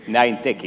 näin teki